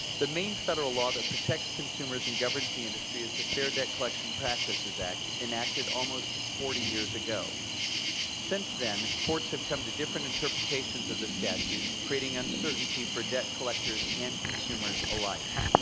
the main federal law that protects consumers and governs the industry is the fair debt collection practices act, enacted almost forty years ago since then, courts have come to different interpretations of the statute, creating uncertainty for debt collectors and consumers alike.